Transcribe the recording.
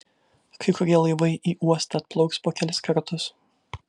kai kurie laivai į uostą atplauks po kelis kartus